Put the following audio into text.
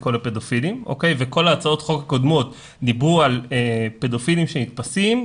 כל הפדופילים וכל הצעות החוק הקודמות דיברו על פדופילים שנתפסים,